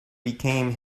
became